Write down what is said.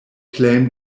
claim